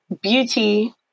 beauty